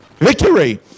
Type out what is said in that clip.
Victory